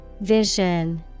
Vision